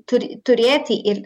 turi turėti ir